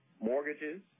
mortgages